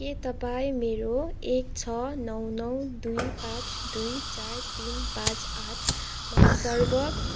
के तपाईँ मेरो एक छ नौ नौ दुई पाँच दुई चार तिन पाँच आठमा सर्व